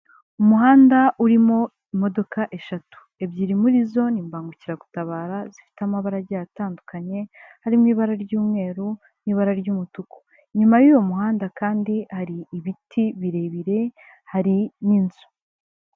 Umuhanda urimo imodoka eshatu, ebyiri muri zo ni imbangukiragutabara zifite amabara agiye atandukanye harimo ibara ry'umweru n'ibara ry'umutuku, inyuma y'uyu muhanda kandi hari ibiti birebire hari n'inzu.